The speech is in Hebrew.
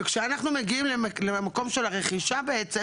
וכשאנחנו מגיעים למקום של הרכישה בעצם